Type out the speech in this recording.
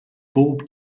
bob